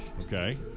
Okay